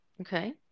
okay